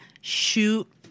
shoot